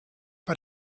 bei